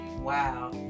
wow